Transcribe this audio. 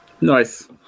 nice